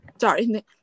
sorry